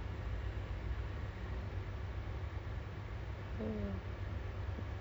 ya I miss shopping at malaysia